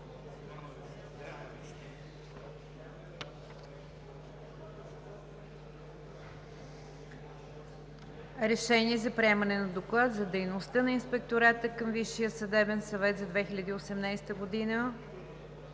РЕШЕНИЕ за приемане на Доклад за дейността на Инспектората към Висшия съдебен съвет за 2018 г.